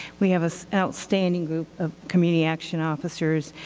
we have an outstanding group of community action officers,